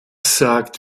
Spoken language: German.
sagt